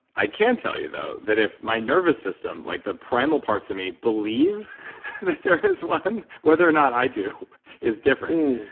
i can tell you though, that if my nervous system, like the primal parts of me believe that there is one, whether or not i do is different,